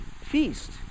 feast